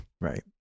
Right